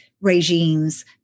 regimes